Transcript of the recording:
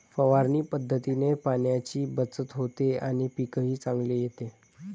फवारणी पद्धतीने पाण्याची बचत होते आणि पीकही चांगले येते